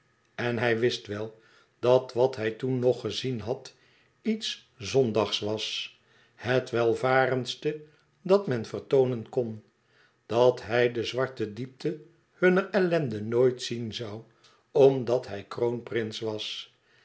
en hij wist wel dat wat hij toen nog gezien had iets zondagsch was het welvarendste dat men vertoonen kon dat hij de zwarte diepte hunner ellende nooit zien zoû omdat hij kroonprins was